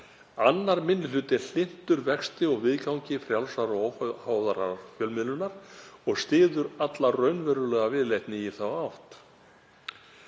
„Annar minni hluti er hlynntur vexti og viðgangi frjálsrar og óháðrar fjölmiðlunar og styður alla raunverulega viðleitni í þá átt.